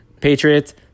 Patriots